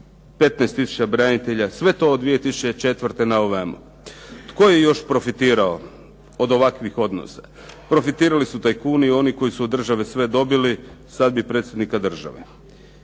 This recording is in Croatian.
tisuća branitelja. Sve to od 2004. na ovamo. Tko je još profitirao od ovakvih odnosa? Profitirali su tajkuni, oni koji su od države sve dobili, sad bi predsjednika države.